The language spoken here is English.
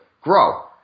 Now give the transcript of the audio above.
grow